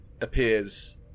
appears